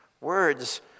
Words